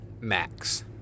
max